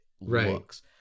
looks